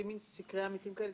אתם עושים סקרי עמיתים כאלה,